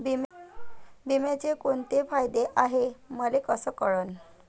बिम्याचे कुंते फायदे हाय मले कस कळन?